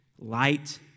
light